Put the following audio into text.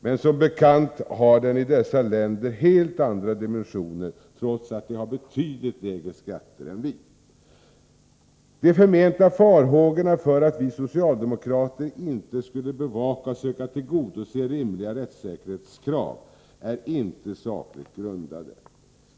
Men som bekant har denna brottslighet helt andra dimensioner i dessa länder, trots att de har betydligt lägre skatter än vi. De förmenta farhågorna för att vi socialdemokrater inte skulle bevaka och söka tillgodose rimliga rättssäkerhetskrav är inte sakligt grundade.